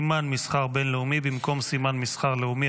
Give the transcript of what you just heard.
(סימן מסחר בין-לאומי במקום סימן מסחר לאומי),